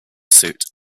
suit